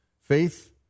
faith